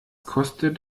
kostet